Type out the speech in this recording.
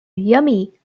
yummy